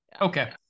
okay